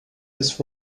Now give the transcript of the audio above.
his